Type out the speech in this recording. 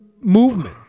movement